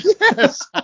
yes